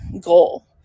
goal